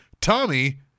Tommy